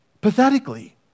pathetically